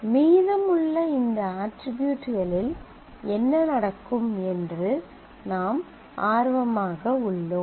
மீதமுள்ள இந்த அட்ரிபியூட்களில் என்ன நடக்கும் என்று நாம் ஆர்வமாக உள்ளோம்